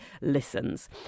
listens